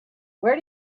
where